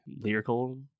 lyrical